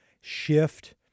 shift